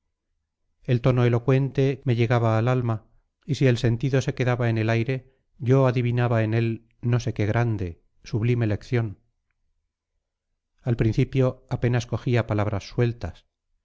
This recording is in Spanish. el tono elocuente me llegaba al alma y si el sentido se quedaba en el aire yo adivinaba en él no sé qué grande sublime lección al principio apenas cogía palabras sueltas